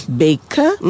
baker